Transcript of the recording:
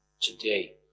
today